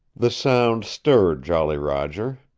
the sound stirred jolly roger.